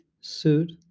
suit